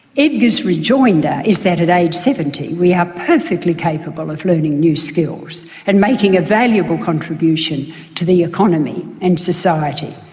edgar's rejoinder is that at age seventy we are perfectly capable of learning new skills, and making a valuable contribution to the economy and society,